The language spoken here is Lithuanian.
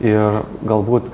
ir galbūt